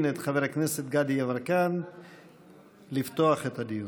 את חבר הכנסת גדי יברקן לפתוח את הדיון.